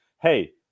hey